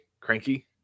cranky